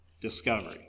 discovery